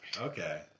Okay